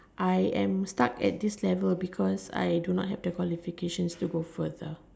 I am stuck at this level because I do not have the qualifications to go further